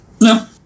no